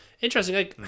interesting